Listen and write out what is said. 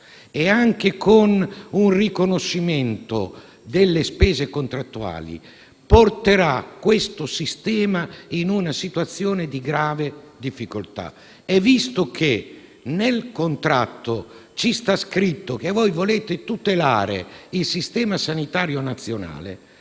- e con un riconoscimento delle spese contrattuali, porterà il sistema in una situazione di grave difficoltà. E visto che nel contratto ci sta scritto che volete tutelare il sistema sanitario nazionale,